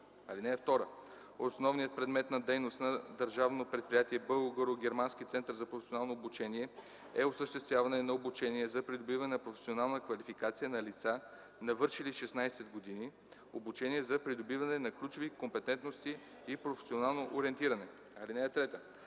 (2) Основният предмет на дейност на Държавно предприятие „Българо-германски център за професионално обучение” е осъществяване на обучения за придобиване на професионална квалификация на лица, навършили 16 години, обучения за придобиване на ключови компетентности и професионално ориентиране. (3)